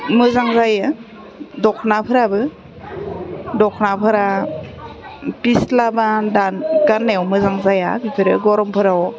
मोजां जायो दखनाफ्राबो दखनाफोरा फिस्ला बा गान्नायाव मोजां जाया बेफोरो गरमफोराव